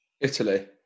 italy